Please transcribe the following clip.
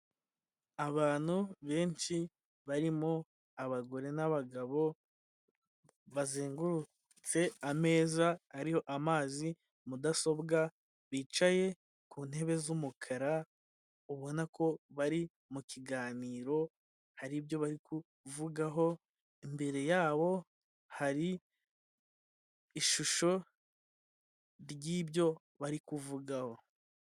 Abantu benshi barimo abagore n'abagabo bazengurutse ameza ariho amazi mudasobwa bicaye ku ntebe z'umukara, ubona ko bari mu kiganiro hari ibyo barivugaho, imbere yabo hari ishusho ry'ibyo bari kuvugaho.